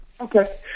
Okay